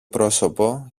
πρόσωπο